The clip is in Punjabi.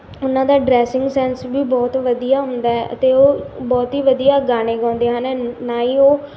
ਉਹਨਾਂ ਦਾ ਡਰੈਸਿੰਗ ਸੈਂਸ ਵੀ ਬਹੁਤ ਵਧੀਆ ਹੁੰਦਾ ਹੈ ਅਤੇ ਉਹ ਬਹੁਤ ਹੀ ਵਧੀਆ ਗਾਣੇ ਗਾਉਂਦੇ ਹਨ ਨਾ ਹੀ ਉਹ